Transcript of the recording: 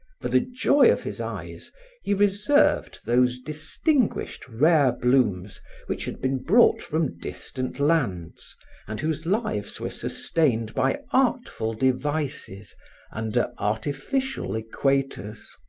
for the joy of his eyes he reserved those distinguished, rare blooms which had been brought from distant lands and whose lives were sustained by artful devices under artificial equators.